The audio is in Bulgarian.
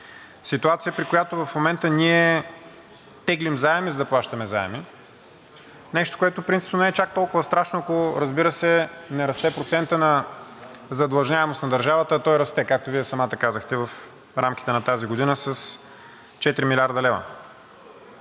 Ситуация, при която в момента ние теглим заеми, за да плащаме заеми. Нещо, което принципно не е чак толкова страшно, ако, разбира се, не расте процентът на задлъжнялост на държавата, а той расте, както Вие самата казахте, в рамките на тази година с 4 млрд. лв.